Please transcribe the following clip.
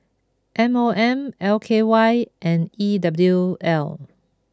M O M L K Y and E W L